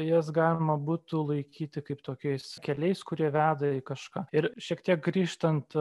jas galima būtų laikyti kaip tokiais keliais kurie veda į kažką ir šiek tiek grįžtant